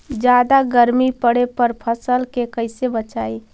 जादा गर्मी पड़े पर फसल के कैसे बचाई?